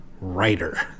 writer